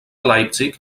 leipzig